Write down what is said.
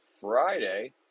Friday